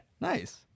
Nice